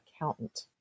accountant